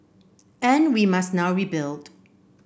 and we must now rebuild